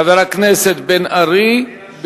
חבר הכנסת בן-ארי,